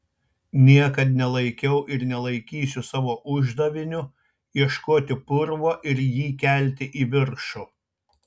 niekad nelaikiau ir nelaikysiu savo uždaviniu ieškoti purvo ir jį kelti į viršų